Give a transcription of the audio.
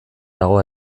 dago